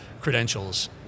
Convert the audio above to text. credentials